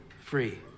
free